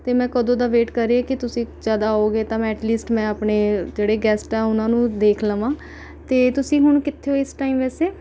ਅਤੇ ਮੈਂ ਕਦੋਂ ਦਾ ਵੇਟ ਕਰ ਰਹੀ ਹਾਂ ਕਿ ਤੁਸੀਂ ਜਦ ਆਓਗੇ ਤਾਂ ਮੈਂ ਐਟਲਿਸਟ ਮੈਂ ਆਪਣੇ ਜਿਹੜੇ ਗੈਸਟ ਆ ਉਹਨਾਂ ਨੂੰ ਦੇਖ ਲਵਾਂ ਅਤੇ ਤੁਸੀਂ ਹੁਣ ਕਿੱਥੇ ਹੋ ਇਸ ਟਾਈਮ ਵੈਸੇ